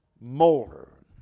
more